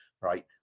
right